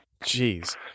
Jeez